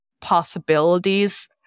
possibilities